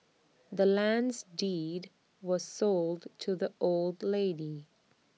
the land's deed was sold to the old lady